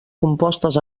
compostes